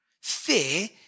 Fear